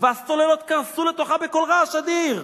והסוללות קרסו לתוכה בקול רעש אדיר,